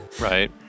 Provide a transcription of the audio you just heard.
Right